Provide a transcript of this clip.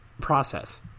process